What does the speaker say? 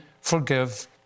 forgive